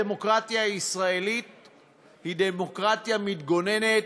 הדמוקרטיה הישראלית היא דמוקרטיה מתגוננת,